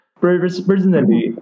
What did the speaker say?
personally